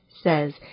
says